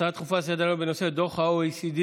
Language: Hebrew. הצעות דחופות לסדר-היום בנושא: דוח ה-OECD